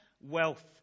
wealth